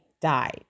died